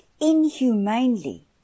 inhumanely